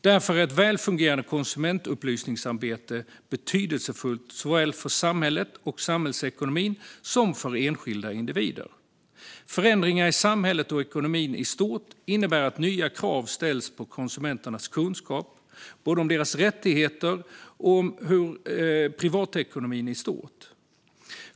Därför är ett välfungerande konsumentupplysningsarbete betydelsefullt såväl för samhället och samhällsekonomin som för enskilda individer. Förändringar i samhället och ekonomin i stort innebär att nya krav ställs på konsumenternas kunskap, både om deras rättigheter och om privatekonomi i stort.